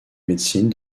médecine